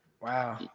Wow